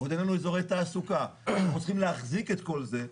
ועוד אין לנו אזורי תעסוקה ואנחנו צריכים להחזיק את כל זה.